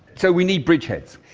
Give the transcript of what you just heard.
so we need bridgeheads.